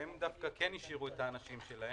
שהם דווקא כן השאירו את אנשים שלהם,